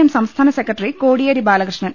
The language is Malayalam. എം സംസ്ഥാന സെക്രട്ടറി കോടിയേരി ബാലകൃഷ്ണൻ